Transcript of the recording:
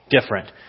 different